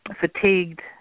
fatigued